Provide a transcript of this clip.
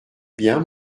bien